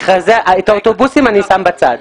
את האוטובוסים אני שם בצד.